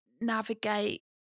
navigate